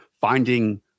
finding